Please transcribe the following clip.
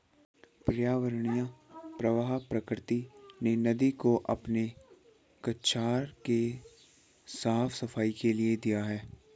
पर्यावरणीय प्रवाह प्रकृति ने नदी को अपने कछार के साफ़ सफाई के लिए दिया है